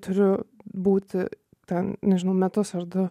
turiu būti ten nežinau metus ar du